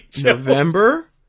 November